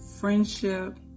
friendship